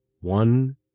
one